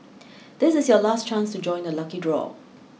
this is your last chance to join the lucky draw